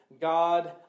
God